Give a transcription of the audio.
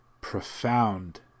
profound